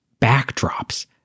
backdrops